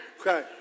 Okay